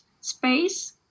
space